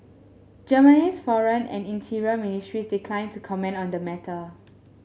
Germany's foreign and interior ministries declined to comment on the matter